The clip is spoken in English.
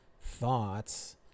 thoughts